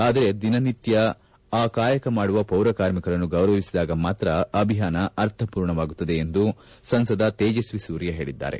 ಆದರೆ ಪ್ರತಿನಿತ್ತ ಆ ಕಾಯಕ ಮಾಡುವ ಪೌರ ಕಾರ್ಮಿಕರನ್ನು ಗೌರವಿಸಿದಾಗ ಮಾತ್ರ ಅಭಿಯಾನ ಅರ್ಥಮೂರ್ಣವಾಗುತ್ತದೆ ಎಂದು ಸಂಸದ ತೇಜಸ್ವಿ ಸೂರ್ಯ ಹೇಳಿದ್ದಾರೆ